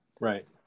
Right